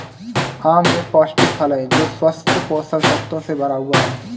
आम एक पौष्टिक फल है जो स्वस्थ पोषक तत्वों से भरा हुआ है